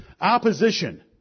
Opposition